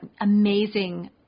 amazing